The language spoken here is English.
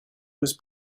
was